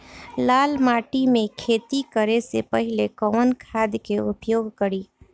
लाल माटी में खेती करे से पहिले कवन खाद के उपयोग करीं?